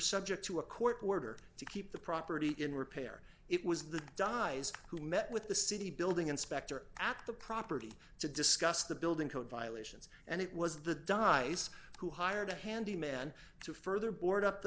subject to a court order to keep the property in repair it was the guys who met with the city building inspector at the property to discuss the building code violations and it was the dyes who hired a handyman to further board up the